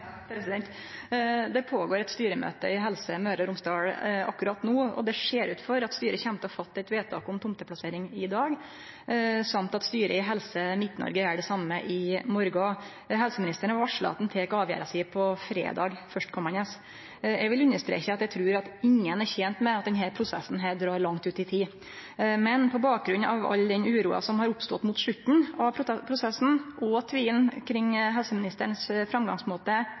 Det er eit styremøte i Helse Møre og Romsdal akkurat no, og det ser ut for at styret kjem til å gjere eit vedtak om tomteplassering i dag, og at styret i Helse Midt-Norge gjer det same i morgon. Helseministeren har varsla at han tek avgjerda si førstkomande fredag. Eg vil understreke at eg trur ingen er tent med at denne prosessen vil dra langt ut i tid, men på bakgrunn av all den uroa som har oppstått mot slutten av prosessen, og tvilen omkring helseministeren sin framgangsmåte